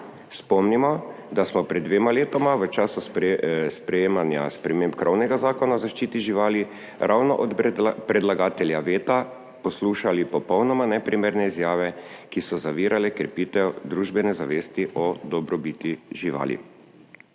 Spomnimo, da smo pred dvema letoma v času sprejemanja sprememb krovnega Zakona o zaščiti živali ravno od predlagatelja veta poslušali popolnoma neprimerne izjave, ki so zavirale krepitev družbene zavesti o dobrobiti živali.